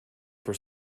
for